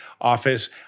office